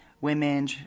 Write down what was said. Women